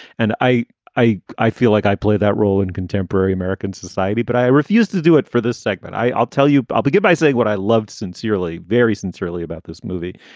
and i i i feel like i play that role in contemporary american society. but i refused to do it for this segment. i'll tell you. i'll begin by saying what i loved sincerely, very sincerely about this movie.